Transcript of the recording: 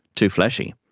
too flashy.